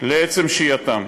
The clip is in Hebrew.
עצם שהייתם.